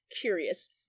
curious